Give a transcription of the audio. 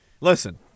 Listen